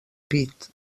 pit